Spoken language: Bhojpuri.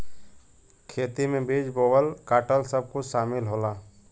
खेती में बीज बोवल काटल सब कुछ सामिल होला